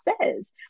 says